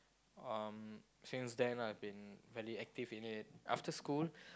uh since then I've been very active in it after school